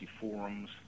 forums